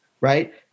right